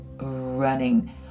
running